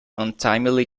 untimely